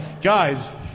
Guys